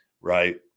right